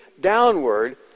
downward